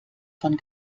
von